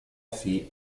phi